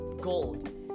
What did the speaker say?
gold